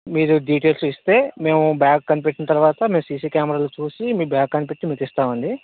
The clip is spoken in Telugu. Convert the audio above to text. మీరు డీటెయిల్స్ ఇస్తే మేము బ్యాగ్ కనిపెట్టిన తర్వాత మేము సిసి కెమెరాలో చూసి మీ బ్యాగ్ కనిపెట్టి మీకు ఇస్తామండీ